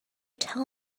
tell